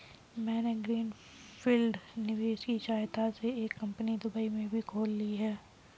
मैंने green field निवेश की सहायता से एक कंपनी दुबई में भी खोल ली है